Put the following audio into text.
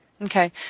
Okay